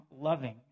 loving